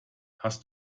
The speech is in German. hast